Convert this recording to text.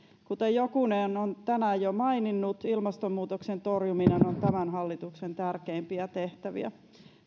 kuten jokunen on tänään jo maininnut ilmastonmuutoksen torjuminen on tämän hallituksen tärkeimpiä tehtäviä